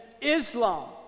Islam